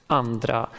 andra